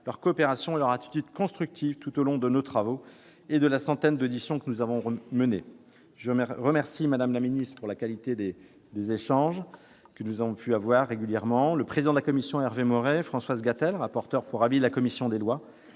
leur coopération et leur attitude constructive tout au long de nos travaux et de la centaine d'auditions que nous avons menées. Je remercie Mme la ministre pour la qualité et la régularité des échanges que nous avons pu avoir, le président de la commission Hervé Maurey, Françoise Gatel, rapporteur pour avis de la commission des lois,